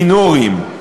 מינוריים.